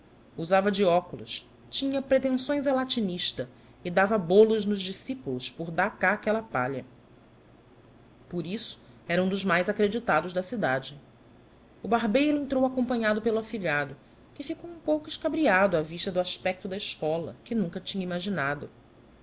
usava de óculos tinha pretençoes a latinista e dava bolos nos discípulos por dá cá aqtceuu palha por isso era um dos mais acreditados da cidade o barbeiro entrou acompanhado pelo afilhado que ficou um pouco escabriado á vista do aspecto da escola que nunca tinha imaginado